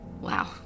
Wow